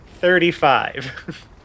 thirty-five